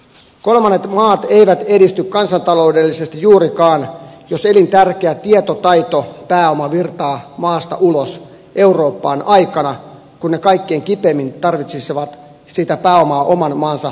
kolmannet maat eivät edisty kansantaloudellisesti juurikaan jos elintärkeä tietotaitopääoma virtaa maasta ulos eurooppaan aikana kun ne kaikkein kipeimmin tarvitsisivat sitä pääomaa oman maansa hyväksi